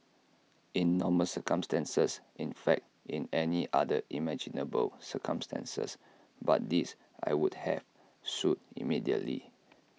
in normal circumstances in fact in any other imaginable circumstance but this I would have sued immediately